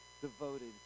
devoted